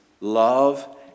love